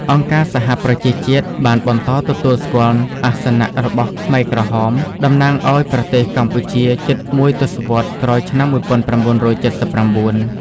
អង្គការសហប្រជាជាតិបានបន្តទទួលស្គាល់អាសនៈរបស់ខ្មែរក្រហម តំណាងឱ្យប្រទេសកម្ពុជាជិតមួយទសវត្សរ៍ក្រោយឆ្នាំ១៩៧៩។